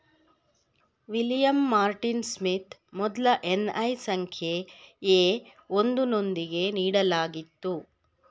William Martin Smith ಮೊದ್ಲ NI ಸಂಖ್ಯೆ A ಒಂದು ನೊಂದಿಗೆ ನೀಡಲಾಗಿತ್ತು